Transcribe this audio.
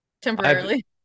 Temporarily